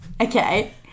Okay